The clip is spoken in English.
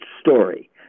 story